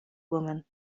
woman